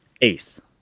eighth